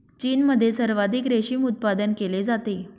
चीनमध्ये सर्वाधिक रेशीम उत्पादन केले जाते